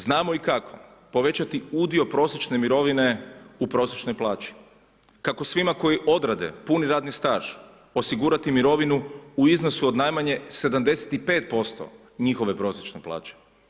Znamo i kako povećati udio prosječne mirovine u prosječnoj plaći, kako svima koji odrade puni radni staž osigurati mirovinu u iznosu od najmanje 75% njihove prosječne plaće.